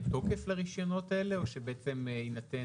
יש תוקף לרישיונות האלה או שבעצם יינתן